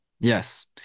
yes